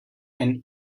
and